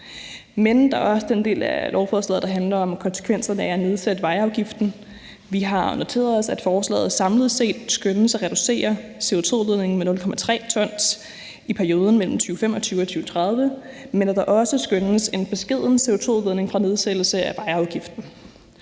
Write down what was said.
men der er også den del af lovforslaget, der handler om konsekvenserne af at nedsætte vejafgiften. Vi har noteret os, at forslaget samlet set skønnes at reducere CO2-udledningen med 0,3 t i perioden mellem 2025 og 2030, men at der også skønnes at være en beskeden CO2-udledning fra en nedsættelse af vejafgiften.